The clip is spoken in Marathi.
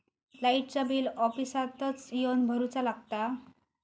लाईटाचा बिल ऑफिसातच येवन भरुचा लागता?